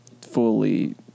fully